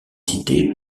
cité